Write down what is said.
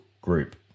group